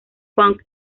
punk